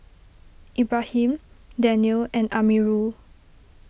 Ibrahim Daniel and Amirul